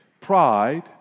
pride